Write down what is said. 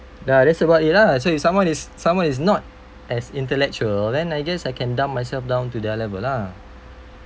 ya that's about it lah so if someone is someone is not as intellectual then I guess I can dump myself down to their level lah